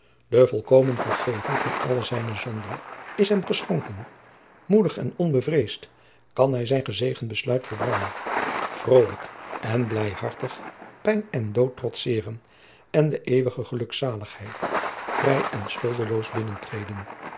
de volkomen vergeving van alle zijne zonden is hem geschonken moedig en onbevreesd kan hij zijn gezegend besluit volbrengen vrolijk en blijhartig pijn en dood trotseren en de eeuwige gelukzaligjacob